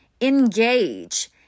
Engage